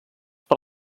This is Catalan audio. per